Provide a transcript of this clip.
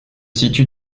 situe